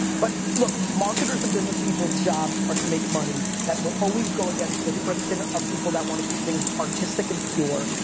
but marketers and business people's jobs are to make money that will always go against the friction of people that want to keep things artistic and pure.